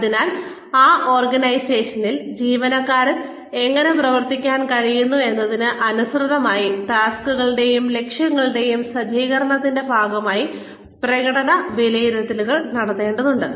അതിനാൽ ആ ഓർഗനൈസേഷനിൽ ജീവനക്കാരന് എങ്ങനെ പ്രവർത്തിക്കാൻ കഴിഞ്ഞു എന്നതിന് അനുസൃതമായി ടാസ്ക്കുകളുടെയും ലക്ഷ്യങ്ങളുടെയും സജ്ജീകരണത്തിന്റെ ഭാഗമായി പ്രകടന വിലയിരുത്തലുകൾ നടത്തേണ്ടതുണ്ട്